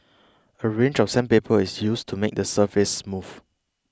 a range of sandpaper is used to make the surface smooth